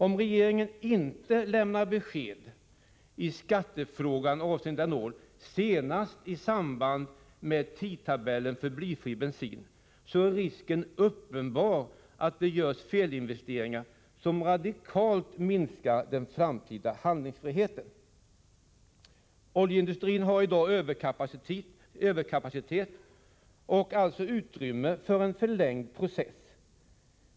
Om regeringen inte lämnar besked i skattefrågan avseende etanol senast vid tidpunkten för övergång till blyfri bensin, är risken uppenbar att det görs felinvesteringar som radikalt minskar den framtida handlingsfriheten. Nr 24 | Oljeindustrin har i dag överkapacitet och alltså utrymme för en förlängd | process.